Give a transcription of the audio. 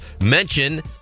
Mention